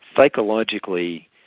psychologically